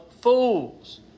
fools